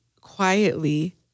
quietly